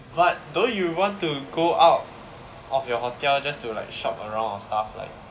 but don't you want to go out of your hotel just to like shop around and stuff like